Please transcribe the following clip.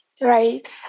right